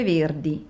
Verdi